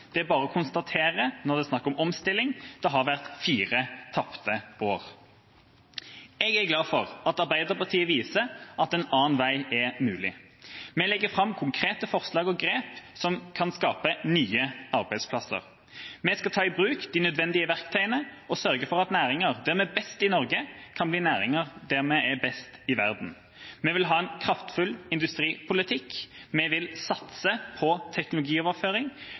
Det er bare å konstatere: Når det er snakk om omstilling, har det vært fire tapte år. Jeg er glad for at Arbeiderpartiet viser at en annen vei er mulig. Vi legger fram konkrete forslag og grep som kan skape nye arbeidsplasser. Vi skal ta i bruk de nødvendige verktøyene og sørge for at næringer der vi er best i Norge, kan bli næringer der vi er best i verden. Vi vil ha en kraftfull industripolitikk, vi vil satse på teknologioverføring,